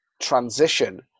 transition